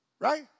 right